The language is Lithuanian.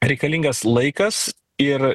reikalingas laikas ir